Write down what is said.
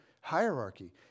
hierarchy